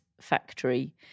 factory